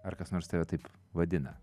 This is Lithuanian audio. ar kas nors tave taip vadina